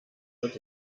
wird